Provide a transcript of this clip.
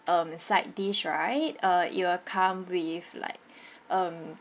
um side dish right uh it will come with like um